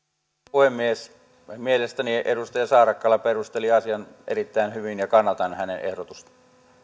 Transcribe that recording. puhemies mielestäni edustaja saarakkala perusteli asian erittäin hyvin ja kannatan hänen ehdotustaan